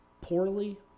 poorly